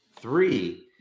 Three